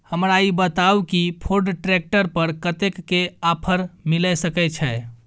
हमरा ई बताउ कि फोर्ड ट्रैक्टर पर कतेक के ऑफर मिलय सके छै?